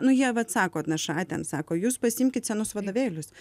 nu jie vat sako nša ten sako jūs pasiimkit senus vadovėlius